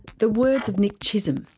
the words of nick chisolm,